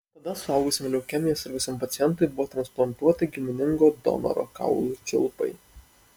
tada suaugusiam leukemija sirgusiam pacientui buvo transplantuoti giminingo donoro kaulų čiulpai